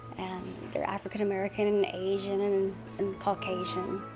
they're african american and asian and and caucasian.